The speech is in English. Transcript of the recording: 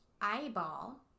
eyeball